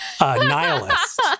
nihilist